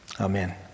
Amen